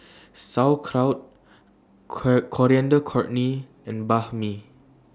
Sauerkraut Coriander Chutney and Banh MI